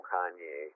Kanye